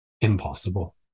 impossible